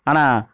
ஆனால்